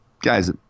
guys